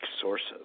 sources